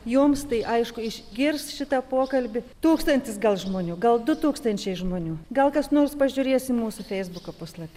jums tai aišku išgirs šitą pokalbį tūkstantis gal žmonių gal du tūkstančiai žmonių gal kas nors pažiūrės į mūsų feisbuko puslapį